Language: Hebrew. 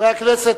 חברי הכנסת,